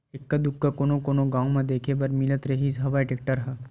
एक्का दूक्का कोनो कोनो गाँव म देखे बर मिलत रिहिस हवय टेक्टर ह